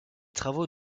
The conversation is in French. travaux